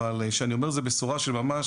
אבל כשאני אומר זו בשורה של ממש,